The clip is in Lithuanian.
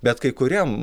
bet kai kuriam